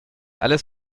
alles